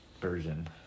version